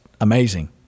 amazing